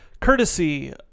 courtesy